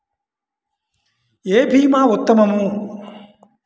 ఏ భీమా ఉత్తమము?